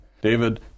David